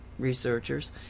researchers